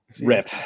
rip